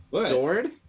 sword